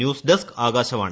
news desk Akashvani